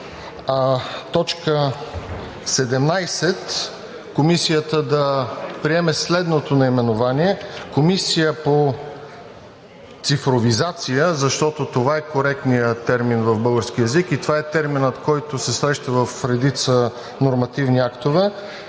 в т. 17 Комисията да приеме следното наименование – „Комисия по цифровизация“, защото това е коректният термин в българския език и това е терминът, който се среща в редица нормативни актове